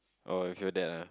oh with your dad ah